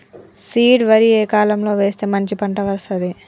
Seed వరి ఏ కాలం లో వేస్తే మంచి పంట వస్తది?